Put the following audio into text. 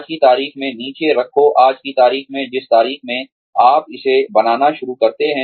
आज की तारीख नीचे रखो आज की तारीख जिस तारीख को आप इसे बनाना शुरू करते हैं